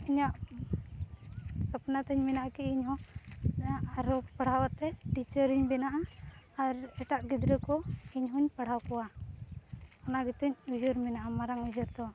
ᱤᱧᱟᱹᱜ ᱥᱚᱯᱱᱚᱛᱤᱧ ᱢᱮᱱᱟᱜᱼᱟ ᱠᱤ ᱤᱧᱦᱚᱸ ᱟᱨᱚ ᱯᱟᱲᱦᱟᱣ ᱠᱟᱛᱮᱫ ᱴᱤᱪᱟᱨᱤᱧ ᱵᱮᱱᱟᱜᱼᱟ ᱟᱨ ᱮᱴᱟᱜ ᱜᱤᱫᱽᱨᱟᱹᱠᱚ ᱤᱧᱦᱚᱧ ᱯᱟᱲᱦᱟᱣ ᱠᱚᱣᱟ ᱚᱱᱟ ᱜᱮᱛᱤᱧ ᱩᱭᱦᱟᱹᱨ ᱢᱮᱱᱟᱜᱼᱟ ᱢᱟᱨᱟᱝ ᱩᱭᱦᱟᱹᱨ ᱫᱚ